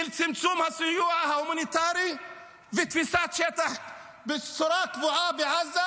של צמצום הסיוע ההומניטרי ותפיסת שטח בצורה קבועה בעזה,